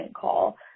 call